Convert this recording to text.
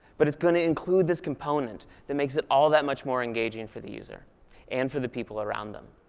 but it's going to include this component that makes it all that much more engaging for the user and for the people around them.